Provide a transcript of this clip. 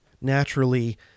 naturally